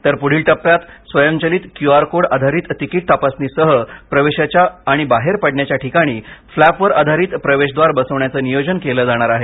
तर पुढील टप्प्यात स्वयंचलित क्यूआर कोड आधारित तिकीट तपासणीसह प्रवेशाच्या आणि बाहेर पडण्याच्या ठिकाणी फ्लपवर आधारित प्रवेशद्वार बसवण्याचे नियोजन केलं जाणार आहे